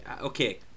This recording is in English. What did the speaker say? Okay